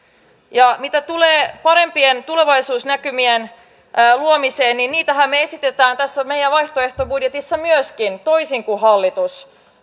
ja mitä tulee parempien tulevaisuusnäkymien luomiseen niin niitähän me esitämme tässä meidän vaihtoehtobudjetissamme myöskin toisin kuin hallitus